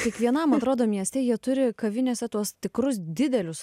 kiekvienam atrodo mieste jie turi kavinėse tuos tikrus didelius